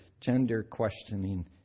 gender-questioning